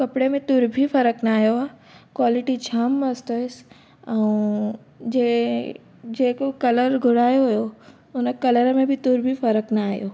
कपिड़े में तुर बि फ़र्कु न आयो आहे क़्वालिटी जाम मस्तु हुयसि ऐं जे जेको कलर घुरायो हुयो उन कलर में बि तुर बि फ़र्कु न आयो